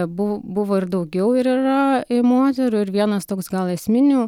bu buvo ir daugiau ir yra moterų ir vienas toks gal esminių